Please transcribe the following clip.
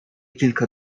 kilka